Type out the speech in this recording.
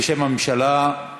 בשם הממשלה,